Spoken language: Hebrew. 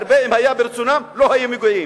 והרבה, אם היה ברצונם, לא היו מגיעים.